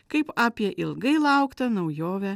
kaip apie ilgai lauktą naujovę